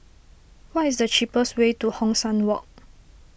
what is the cheapest way to Hong San Walk